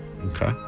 Okay